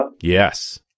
Yes